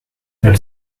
elle